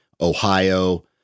Ohio